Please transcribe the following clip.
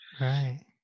Right